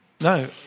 No